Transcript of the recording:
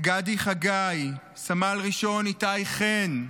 גדי חגי, סמל ראשון איתי חן,